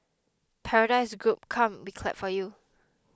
Paradise Group come we clap for you